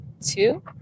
two